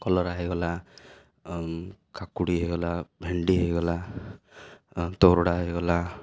କଲରା ହେଇଗଲା କାକୁଡ଼ି ହେଇଗଲା ଭେଣ୍ଡି ହେଇଗଲା ତରଡ଼ା ହେଇଗଲା